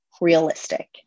realistic